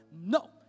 No